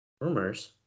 Rumors